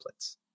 templates